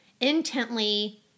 intently